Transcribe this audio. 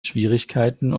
schwierigkeiten